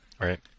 right